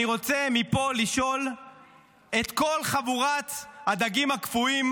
אני רוצה מפה לשאול את כל חבורת הדגים הקפואים: